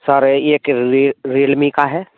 sir ए एक Realme का है